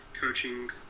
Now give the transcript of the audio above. coaching